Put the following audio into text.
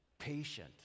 Patient